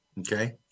okay